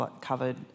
covered